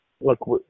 Look